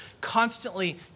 constantly